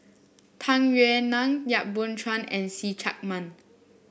Tung Yue Nang Yap Boon Chuan and See Chak Mun